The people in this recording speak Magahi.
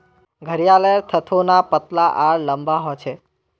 घड़ियालेर थथोना पतला आर लंबा ह छे